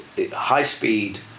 high-speed